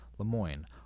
LeMoyne